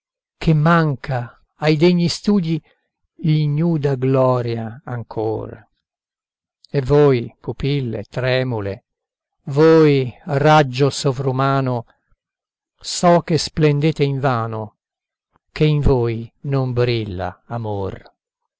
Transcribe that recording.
che manca ai degni studi l'ignuda gloria ancor e voi pupille tremule voi raggio sovrumano so che splendete invano che in voi non brilla amor